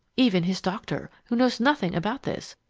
even his doctor, who knows nothing about this,